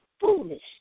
foolish